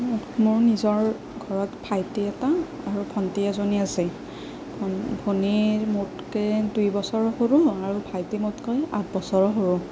মোৰ নিজৰ ঘৰত ভাইটি এটা আৰু ভণ্টি এজনী আছে ভন ভনী মোতকৈ দুই বছৰ সৰু আৰু ভাইটি মোতকৈ আঠ বছৰৰ সৰু